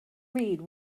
read